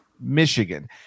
Michigan